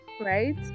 right